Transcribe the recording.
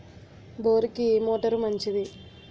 బోరుకి ఏ మోటారు మంచిది?